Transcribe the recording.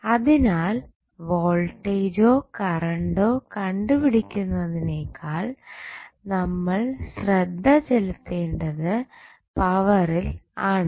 അതിനാൽ വോൾടേജോ കറണ്ടൊ കണ്ടുപിടിക്കുന്നതിനേക്കാൾ നമ്മൾ ശ്രദ്ധചെലുത്തെണ്ടത് പവറിൽ ആണ്